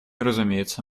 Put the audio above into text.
разумеется